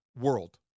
world